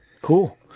Cool